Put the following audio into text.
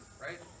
right